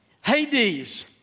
Hades